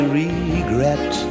regret